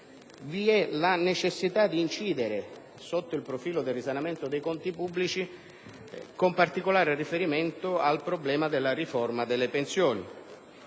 vi è la necessità di incidere sotto il profilo del risanamento dei conti pubblici, con particolare riferimento al problema della riforma delle pensioni.